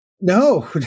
No